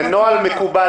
זה נוהל מקובל.